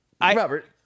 Robert